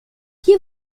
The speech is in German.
hier